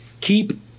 Keep